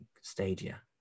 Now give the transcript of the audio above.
Stadia